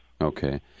Okay